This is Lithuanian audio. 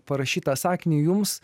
parašytą sakinį jums